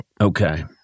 Okay